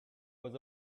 was